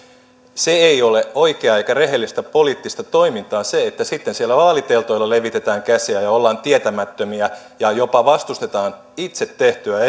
se ei ole oikeaa eikä rehellistä poliittista toimintaa että sitten siellä vaaliteltoilla levitetään käsiä ja ollaan tietämättömiä ja jopa vastustetaan itse tehtyä